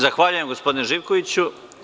Zahvaljujem gospodine Živkoviću.